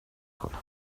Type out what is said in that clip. کنم